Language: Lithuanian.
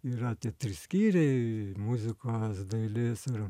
yra tie trys skyriai muzikos dailės ir